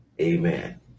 Amen